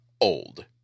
old